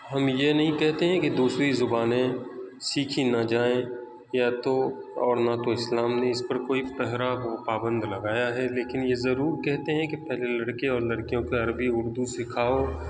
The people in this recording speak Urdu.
ہم یہ نہیں کہتے ہیں کہ دوسری زبانیں سیکھی نہ جائیں یا تو اور نہ تو اسلام نے اس پر کوئی پہرہ و پابند لگایا ہے لیکن یہ ضرور کہتے ہیں کہ پہلے لڑکے اور لڑکیوں کے عربی اردو سکھاؤ